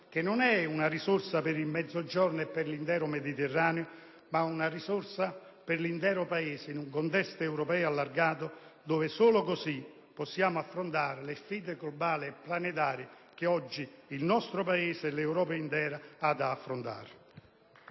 che non è solo per il Mezzogiorno ed il Mediterraneo, ma per l'intero Paese. In un contesto europeo allargato, solo così possiamo affrontare le sfide globali e planetarie che oggi il nostro Paese e l'Europa intera hanno di fronte.